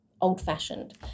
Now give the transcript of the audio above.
old-fashioned